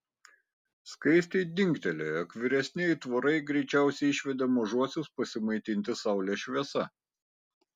skaistei dingtelėjo jog vyresni aitvarai greičiausiai išvedė mažuosius pasimaitinti saulės šviesa